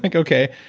like okay.